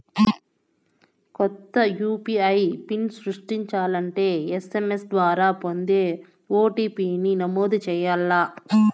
కొత్త UPI PIN సృష్టించాలంటే SMS ద్వారా పొందే ఓ.టి.పి.ని నమోదు చేయాల్ల